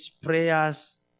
prayers